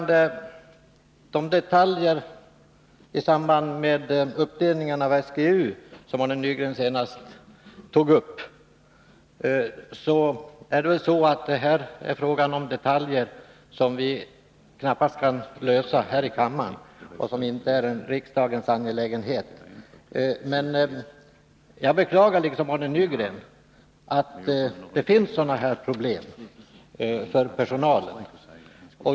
De detaljer som Arne Nygren tog upp beträffande uppdelningen av SGU kan vi knappast klara här i kammaren — det är inte riksdagens angelägenhet. Jag beklagar liksom Arne Nygren att det finns problem för personalen.